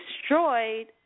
destroyed